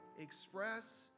express